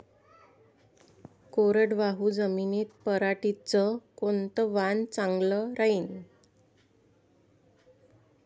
कोरडवाहू जमीनीत पऱ्हाटीचं कोनतं वान चांगलं रायीन?